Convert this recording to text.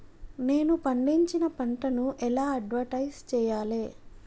నేను పండించిన పంటను ఎలా అడ్వటైస్ చెయ్యాలే?